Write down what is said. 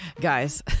Guys